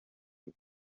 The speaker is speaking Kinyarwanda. uku